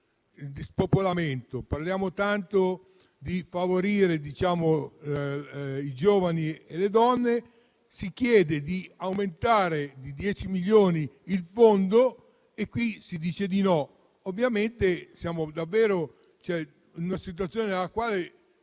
di spopolamento e della necessità di favorire i giovani e le donne, si chiede di aumentare di 10 milioni il fondo e si dice di no? Siamo davvero in una situazione nella quale